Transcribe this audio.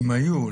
אם היו,